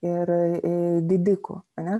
ir didikų ane